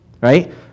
right